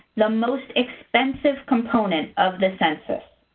the most expensive component of the census.